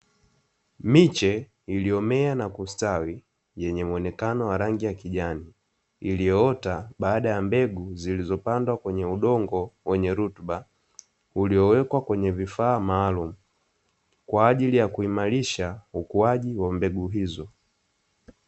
Miche iliyomea na kustawi yenye muonekano wa rangi ya kijani iliyoota baada ya mbegu zilizipandwa kwenye udongo wenye rutuba. Uliowekwa kwenye vifaa maalumu kwa ajili ya kuimarisha ukuaji wa mbegu hizo